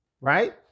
right